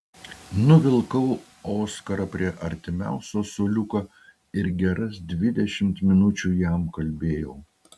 nuvilkau oskarą prie artimiausio suoliuko ir geras dvidešimt minučių jam kalbėjau